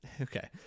Okay